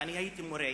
ואני הייתי מורה,